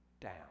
down